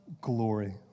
glory